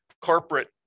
corporate